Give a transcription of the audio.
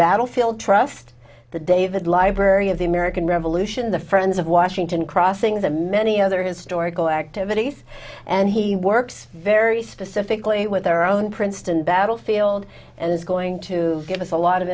battlefield trust the david library of the american revolution the friends of washington crossing the many other historical activities and he works very specifically with their own princeton battle field and is going to give us a lot of